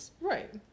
right